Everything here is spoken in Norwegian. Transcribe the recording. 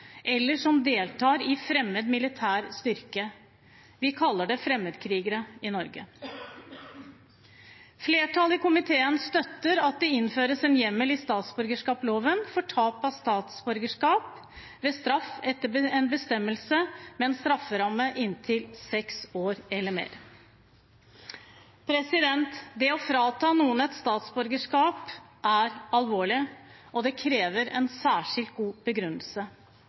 eller personer som deltar i en fremmed militær styrke. Vi kaller det fremmedkrigere i Norge. Flertallet i komiteen støtter at det innføres en hjemmel i statsborgerloven for tap av statsborgerskap ved straff, etter en bestemmelse med en strafferamme på inntil seks år eller mer. Det å frata noen et statsborgerskap er alvorlig, og det krever en særskilt god begrunnelse.